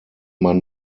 man